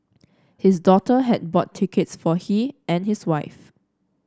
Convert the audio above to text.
his daughter had bought tickets for he and his wife